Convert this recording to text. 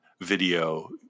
video